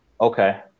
Okay